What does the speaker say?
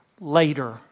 later